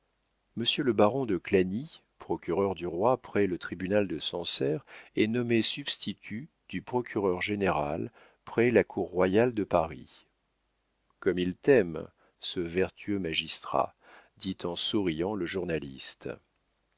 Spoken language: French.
monsieur le baron de clagny procureur du roi près le tribunal de sancerre est nommé substitut du procureur-général près la cour royale de paris comme il t'aime ce vertueux magistrat dit en souriant le journaliste